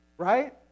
Right